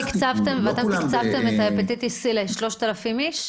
ואתם תקצבתם את ההפטיטיס C ל-3,000 איש?